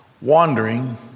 wandering